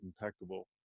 impeccable